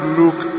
look